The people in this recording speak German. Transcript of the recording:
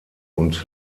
und